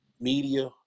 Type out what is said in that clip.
media